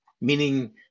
meaning